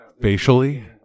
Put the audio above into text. facially